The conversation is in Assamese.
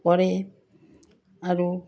পৰে আৰু